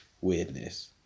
weirdness